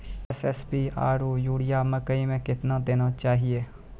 SSP आरु urea मकई मे कितना देना चाहिए?